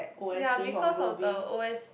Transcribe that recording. ya because of the O_S